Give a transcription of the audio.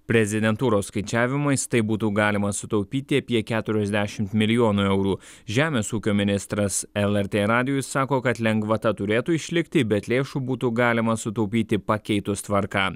prezidentūros skaičiavimais taip būtų galima sutaupyti apie keturiasdešimt milijonų eurų žemės ūkio ministras lrt radijui sako kad lengvata turėtų išlikti bet lėšų būtų galima sutaupyti pakeitus tvarką